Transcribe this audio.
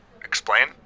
Explain